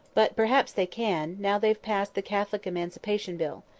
but perhaps they can, now they've passed the catholic emancipation bill.